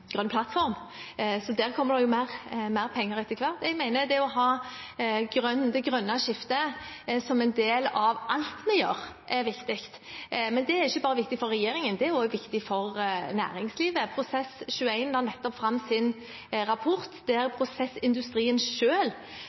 der kommer det mer penger etter hvert. Jeg mener at det å ha det grønne skiftet som en del av alt vi gjør, er viktig. Men det er ikke bare viktig for regjeringen, det er også viktig for næringslivet. Prosess21 la nettopp fram sin rapport der prosessindustrien